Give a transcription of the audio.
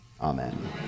Amen